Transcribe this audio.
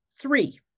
Three